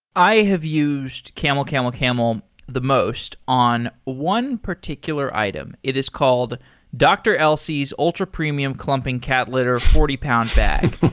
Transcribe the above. i have used camelcamelcamel the most on one particular item. it is called dr. elsey's ultra premium clumping cat litter, forty pound bag.